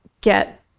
get